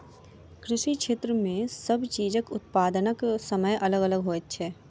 कृषि क्षेत्र मे सब चीजक उत्पादनक समय अलग अलग होइत छै